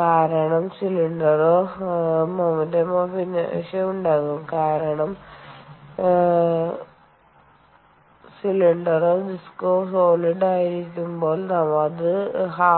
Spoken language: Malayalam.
കാരണം സിലിണ്ടറോ ഡിസ്കോ സോളിഡ് ആയിരിക്കുമ്പോൾ അത് ½